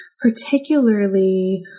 particularly